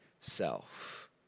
self